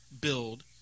build